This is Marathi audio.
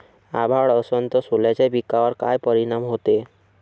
अभाळ असन तं सोल्याच्या पिकावर काय परिनाम व्हते?